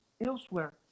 elsewhere